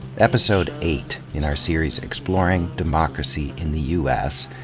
episode eight in our series exploring democracy in the u s.